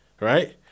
right